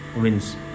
wins